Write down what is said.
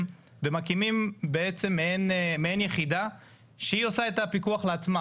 ומקימים בעצם מעין יחידה שהיא עושה את הפיקוח לעצמה,